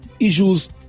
issues